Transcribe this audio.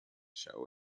show